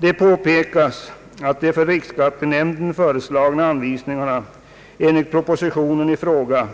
Det påpekas att de för riksskattenämnden föreslagna anvisningarna enligt propositionen i fråga